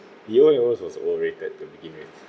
you know it was also overrated to begin with